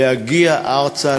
להגיע ארצה,